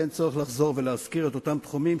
ואין צורך לחזור ולהזכיר את אותם תחומים,